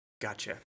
Gotcha